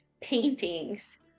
paintings